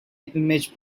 image